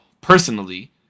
personally